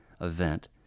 event